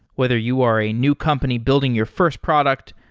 whether you are a new company building your first product,